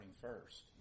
first